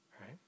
right